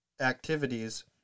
activities